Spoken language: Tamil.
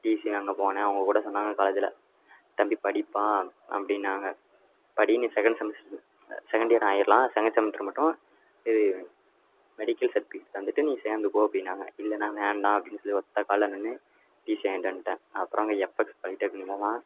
டிசி வாங்க போனேன் அவங்க கூட சொன்னாங்க காலேஜில் தம்பி படிப்பா அப்படின்னாங்க படி நீ செகண்ட் செமஸ்டர் செக்கண்ட் இயர் ஆகிர்லாம் செகண்ட் செமஸ்டரில் மட்டும் இது மெடிக்கல் சர்டிவிக்கேட் தந்துவிட்டு நீ சேர்ந்துக்கோ அப்படின்னாங்க இல்லைண்ணா வேண்டாம் அப்படின்னு சொல்லி ஒற்றைக் காலில் நின்று டிசி வாங்கிட்டு வந்துவிட்டேன் அப்புறம் அங்கே எஃப்எக்ஸ் பாலிடெக்னிக்கில் தான்